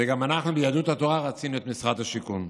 וגם אנחנו ביהדות התורה רצינו את משרד השיכון.